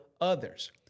others